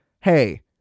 Hey